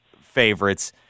favorites